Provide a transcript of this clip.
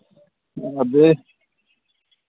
हां ते